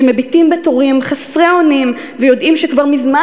שמביטים בתורים חסרי אונים ויודעים שכבר מזמן